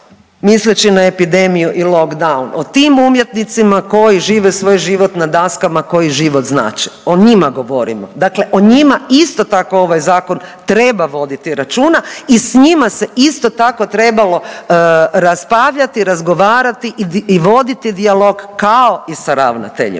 misleći na epidemiju i lockdown o tim umjetnicima koji žive svoj život na daskama koje život znače. O njima govorimo, dakle o njima isto tako ovaj zakon treba voditi računa i s njima se isto tako trebalo raspravljati, razgovarati i voditi dijalog kao i sa ravnateljima.